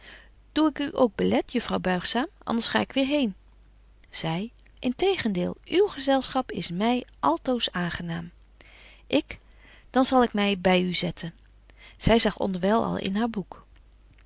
doe ik u ook belet juffrouw buigzaam anders ga ik weêr heen zy integendeel uw gezelschap is my altoos aangenaam ik dan zal ik my by u zetten zy zag onderwyl al in haar boek